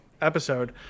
episode